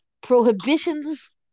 prohibitions